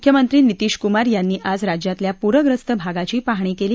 मुख्यमंत्री नितीश कुमार यांनी आज राज्यातल्या पूर्यस्त भागाची पाहणी केली